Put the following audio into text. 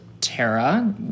Tara